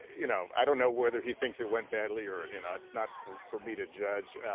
you know, i don't know whether he thinks it went badly or, you know it's not for for me to judge.